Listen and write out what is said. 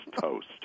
toast